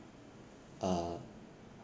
uh